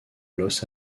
los